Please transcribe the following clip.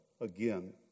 again